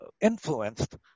influenced